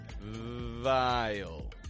vile